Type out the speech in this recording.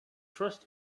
trust